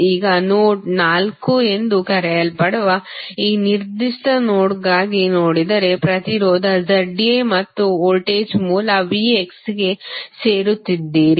ಈಗ ನೋಡ್ ನಾಲ್ಕು ಎಂದು ಕರೆಯಲ್ಪಡುವ ಈ ನಿರ್ದಿಷ್ಟ ನೋಡ್ಗಾಗಿ ನೋಡಿದರೆ ಪ್ರತಿರೋಧ ZA ಮತ್ತು ವೋಲ್ಟೇಜ್ ಮೂಲ VX ಗೆ ಸೇರುತ್ತಿದ್ದೀರಿ